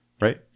Right